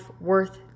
worth